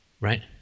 right